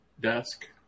desk